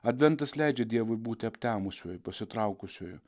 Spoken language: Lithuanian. adventas leidžia dievui būti aptemusiuoju pasitraukusiuoju